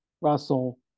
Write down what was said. Russell